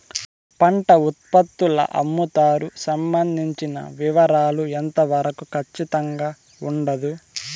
పంట ఉత్పత్తుల అమ్ముతారు సంబంధించిన వివరాలు ఎంత వరకు ఖచ్చితంగా ఉండదు?